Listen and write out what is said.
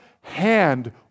hand